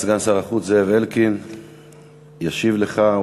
סגן שר החוץ זאב אלקין ישיב לך,